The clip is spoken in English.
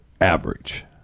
average